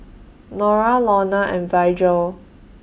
Norah Lorna and Virgel